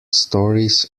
stories